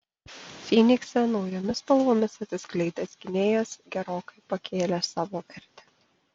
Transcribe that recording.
fynikse naujomis spalvomis atsiskleidęs gynėjas gerokai pakėlė savo vertę